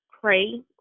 pray